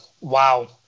Wow